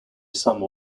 some